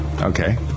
Okay